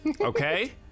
okay